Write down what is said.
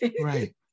right